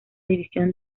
división